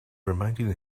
reminded